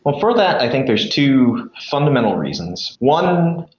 but for that, i think there's two fundamental reasons. one,